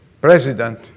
president